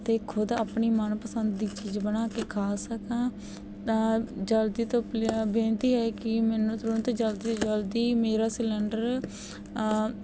ਅਤੇ ਖੁਦ ਆਪਣੀ ਮਨ ਪਸੰਦ ਦੀ ਚੀਜ਼ ਬਣਾ ਕੇ ਖਾ ਸਕਾਂ ਤਾਂ ਜਲਦੀ ਤੋਂ ਪਲ ਬੇਨਤੀ ਹੈ ਕਿ ਮੈਨੂੰ ਤੁਰੰਤ ਜਲਦੀ ਤੋਂ ਜਲਦੀ ਮੇਰਾ ਸਿਲੰਡਰ